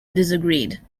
disagreed